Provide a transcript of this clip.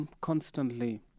constantly